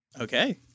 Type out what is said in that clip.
Okay